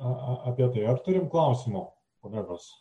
a a apie tai ar turime klausimų kolegos